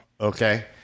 Okay